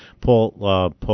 Paul